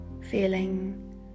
feeling